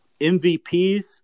MVPs